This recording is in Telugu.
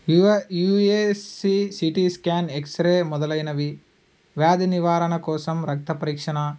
యుఏ యుఏసిసిటీ స్కాన్ ఎక్స్రే మొదలైనవి వ్యాధి నివారణ కోసం రక్త పరీక్ష